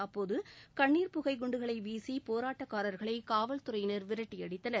அப்போது கண்ணீாப் புகைக் குண்டுகளை வீசி போராட்டக்காரர்களை காவல்துறையினர் விரட்டிபடித்தனர்